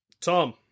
Tom